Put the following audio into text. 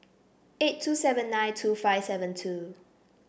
eight two seven nine two five seven two